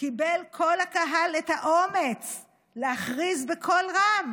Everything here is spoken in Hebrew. קיבל כל הקהל את האומץ להכריז בקול רם: